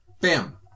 bam